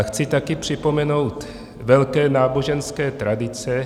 Chci také připomenout velké náboženské tradice.